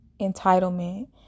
entitlement